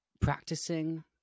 practicing